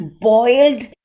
boiled